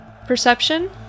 perception